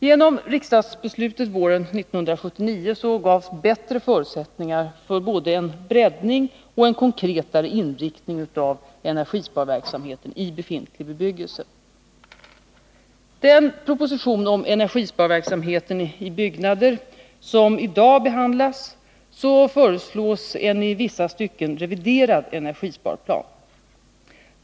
Genom riksdagsbeslutet våren 1979 gavs bättre förutsättningar för både en breddning och en konkretare inriktning av energisparverksamheten i befintlig bebyggelse. Iden proposition om energisparverksamheten i byggnader m.m. somidag behandlas föreslås en i vissa stycken reviderad energisparplan.